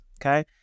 Okay